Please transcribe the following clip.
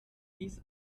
dies